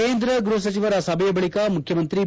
ಕೇಂದ್ರ ಗ್ಬಹ ಸಚಿವರ ಸಭೆಯ ಬಳಿಕ ಮುಖ್ಯಮಂತ್ರಿ ಬಿ